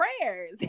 prayers